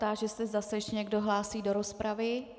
Táži se, zda se ještě někdo hlásí do rozpravy.